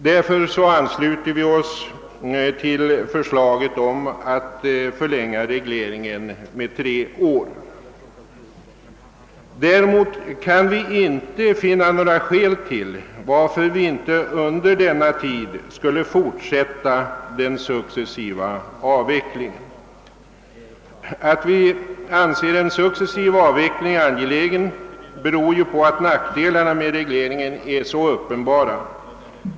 Därför ansluter vi oss till förslaget att förlänga regleringen med tre år. Däremot kan vi inte finna några skäl varför vi inte under den tiden skulle fortsätta den successiva avvecklingen. Att vi anser en sådan avveckling angelägen beror på att nackdelarna med regleringen är så uppenbara.